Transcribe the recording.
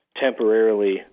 temporarily